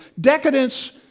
Decadence